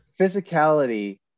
physicality